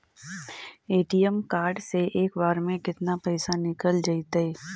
ATM card से एक बार में केतना पैसा निकल जइतै?